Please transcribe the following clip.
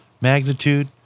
magnitude